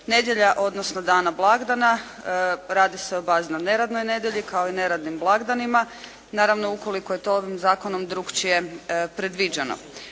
nedjelja, odnosno dana blagdana radi se o bazno neradnoj nedjelji kao i neradnim blagdanima naravno ukoliko je to ovim zakonom drukčije predviđeno.